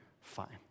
fine